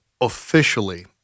officially